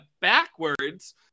backwards